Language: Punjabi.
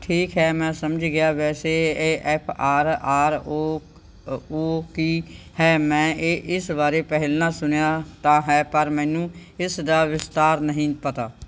ਠੀਕ ਹੈ ਮੈਂ ਸਮਝ ਗਿਆ ਵੈਸੇ A F R R O O ਕੀ ਹੈ ਮੈਂ ਇਹ ਇਸ ਬਾਰੇ ਪਹਿਲਾਂ ਸੁਣਿਆ ਤਾਂ ਹੈ ਪਰ ਮੈਨੂੰ ਇਸਦਾ ਵਿਸਥਾਰ ਨਹੀਂ ਪਤਾ